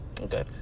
Okay